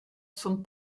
zum